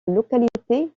localité